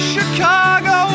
Chicago